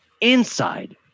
inside